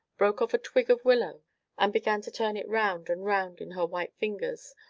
broke off a twig of willow and began to turn it round and round in her white fingers,